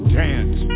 dance